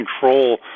control